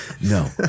No